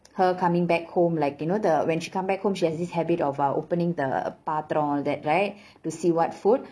her coming back home like you know the when she come back home she has this habit of uh opening the பாத்திரம்:paathiram all that right to see what food